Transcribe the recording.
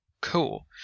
Cool